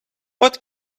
what